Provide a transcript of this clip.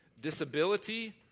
disability